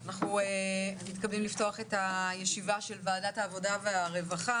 אנחנו מתכבדים לפתוח את הישיבה של ועדת העבודה והרווחה.